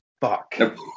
Fuck